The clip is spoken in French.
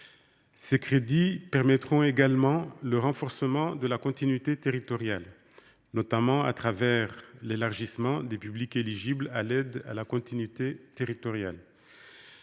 Ces crédits permettront, ensuite, le renforcement de la continuité territoriale, notamment grâce à l’élargissement des publics éligibles à l’aide à la continuité territoriale.